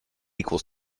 equals